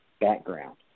background